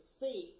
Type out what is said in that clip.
see